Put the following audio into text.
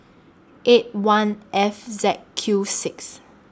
eight one F Z Q six